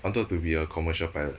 I wanted to be a commercial pilot